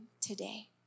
today